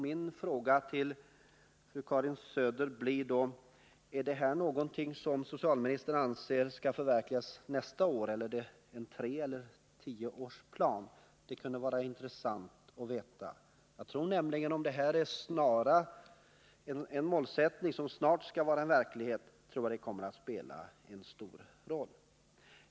Min fråga till Karin Söder blir då: Är detta mål något som socialministern anser skall förverkligas nästa år eller är det en treårsplan eller en tioårsplan? Jag tror nämligen att om denna målsättning snart blir verklighet kommer den att spela en stor roll.